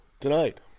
tonight